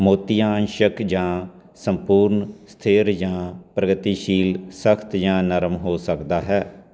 ਮੋਤੀਆ ਅੰਸ਼ਕ ਜਾਂ ਸੰਪੂਰਨ ਸਥਿਰ ਜਾਂ ਪ੍ਰਗਤੀਸ਼ੀਲ ਸਖ਼ਤ ਜਾਂ ਨਰਮ ਹੋ ਸਕਦਾ ਹੈ